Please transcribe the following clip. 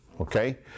Okay